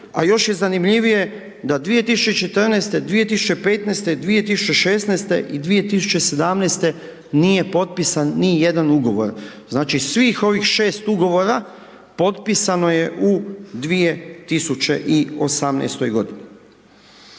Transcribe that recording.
a još je zanimljivije da 2014., 2015., 2016. i 2017. nije potpisan ni jedan ugovor. Znači svih ovih 6 ugovora potpisano je u 2018. godini.